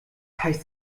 heißt